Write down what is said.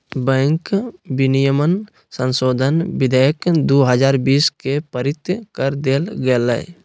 bank विनियमन संशोधन विधेयक दू हजार बीस के पारित कर देल गेलय